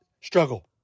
struggle